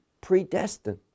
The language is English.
predestined